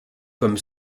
comme